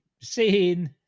seeing